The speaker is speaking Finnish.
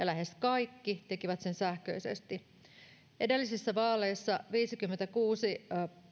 lähes kaikki tekivät sen sähköisesti edellisissä vaaleissa viisikymmentäkuusi